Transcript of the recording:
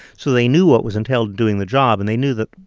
so they knew what was entailed doing the job, and they knew that,